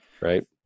right